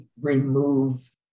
remove